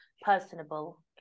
personable